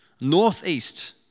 northeast